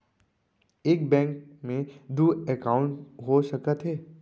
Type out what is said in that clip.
एक बैंक में दू एकाउंट हो सकत हे?